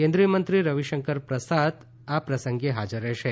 કેન્દ્રીય મંત્રી રવિશંકર પ્રસાદ પણ આ પ્રસંગે હાજર રહેશે